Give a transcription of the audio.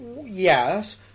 yes